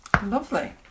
Lovely